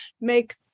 make